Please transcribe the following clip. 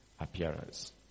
appearance